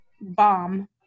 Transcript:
bomb